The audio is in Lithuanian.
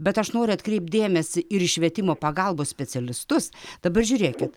bet aš noriu atkreipt dėmesį ir į švietimo pagalbos specialistus dabar žiūrėkit